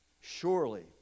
Surely